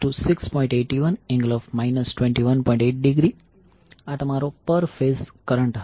આ તમારો પર ફેઝ કરંટ હશે